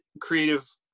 creative